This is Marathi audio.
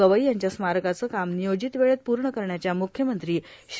गवई यांच्या स्मारकाचं काम नियोजित वेळेत पूर्ण करण्याच्या म्ख्यमंत्री श्री